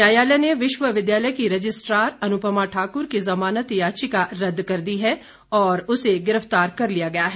न्यायालय ने विश्वविद्यालय की रजिस्ट्रार अनुपमा ठाकुर की जमानत याचिका रद्द कर दी है और पुलिस ने उसे गिरफ्तार कर लिया है